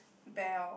bell